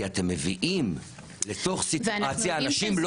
כי אתם מביאים לתוך סיטואציה אנשים לא